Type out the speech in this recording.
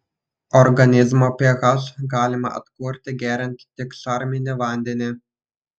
organizmo ph galima atkurti geriant tik šarminį vandenį